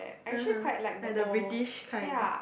(uh huh) like the British kind